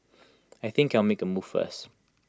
I think I'll make A move first